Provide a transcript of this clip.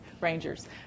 Rangers